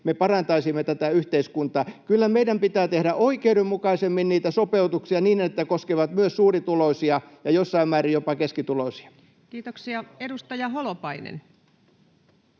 me parantaisimme tätä yhteiskuntaamme. Kyllä meidän pitää tehdä oikeudenmukaisemmin niitä sopeutuksia, niin, että ne koskevat myös suurituloisia ja jossain määrin jopa keskituloisia. [Speech 35] Speaker: